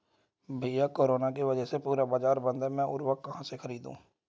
भैया कोरोना के वजह से पूरा बाजार बंद है मैं उर्वक कहां से खरीदू?